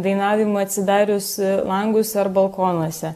dainavimo atsidarius langus ar balkonuose